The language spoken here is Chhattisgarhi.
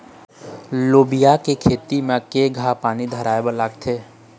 लोबिया के खेती म केघा पानी धराएबर लागथे?